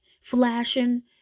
flashing